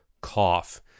cough